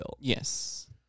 Yes